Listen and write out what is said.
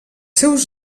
seus